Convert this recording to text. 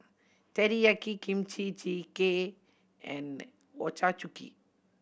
Teriyaki Kimchi Jjigae and Ochazuke